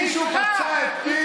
מישהו פצה את פיו?